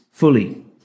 fully